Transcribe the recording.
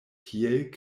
tiel